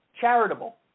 charitable